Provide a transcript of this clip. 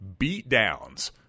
beatdowns